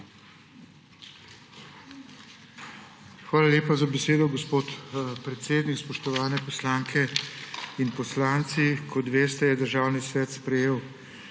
Hvala lepa za besedo, gospod predsednik. Spoštovane poslanke in poslanci! Kot veste, je Državni svet sprejel